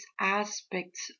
aspects